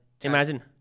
Imagine